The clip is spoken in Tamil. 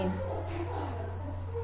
சரி